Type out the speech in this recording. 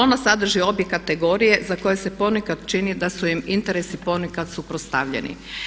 Ono sadrži obje kategorije za koje se ponekad čini da su im interesi ponekad suprotstavljeni.